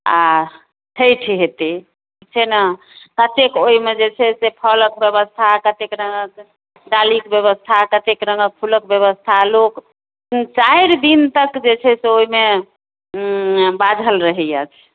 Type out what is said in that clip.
आ छठि हेतै से ने ततेक ओहिमे छै जे से फलके व्यवस्था कते रङ्गक डालीके व्यवस्था कते रङ्गक फूलक व्यवस्था लोक चारि दिन तक जे छै से ओहिमे बाझल रहैया